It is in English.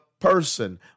person